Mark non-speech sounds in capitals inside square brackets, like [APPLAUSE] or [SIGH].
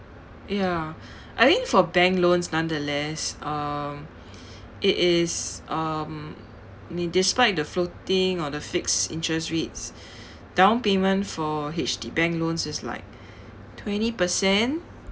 ya [BREATH] I think for bank loans nonetheless um it is um it despite the floating or the fixed interest rates [BREATH] down payment for H_D~ bank loans is like twenty percent